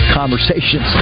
conversations